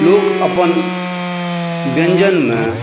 लोक अपन व्यञ्जनमे